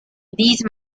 these